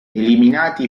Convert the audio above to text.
eliminati